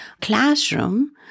classroom